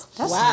Wow